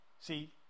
See